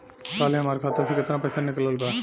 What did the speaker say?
काल्हे हमार खाता से केतना पैसा निकलल बा?